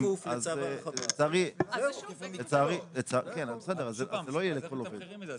זה לא יהיה לכל עובד.